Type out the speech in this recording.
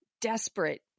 desperate